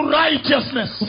righteousness